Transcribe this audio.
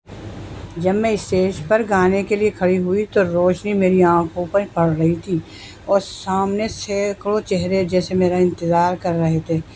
جب میں اسٹیج پر گانے کے لیے کھڑی ہوئی تو روشنی میری آنکھوں پر پڑ رہی تھی اور سامنے سے کو چہرے جیسے میرا انتظار کر رہے تھے